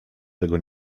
tego